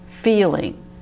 feeling